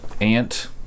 ant